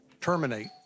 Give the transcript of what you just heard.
terminate